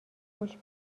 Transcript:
خوش